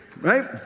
Right